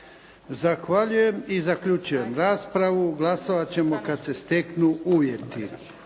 Zahvaljujem. Zaključujem raspravu. Glasovat ćemo kad se steknu uvjeti.